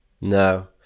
no